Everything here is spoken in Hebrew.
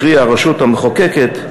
קרי הרשות המחוקקת,